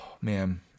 Man